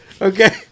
okay